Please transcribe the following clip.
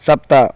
सप्त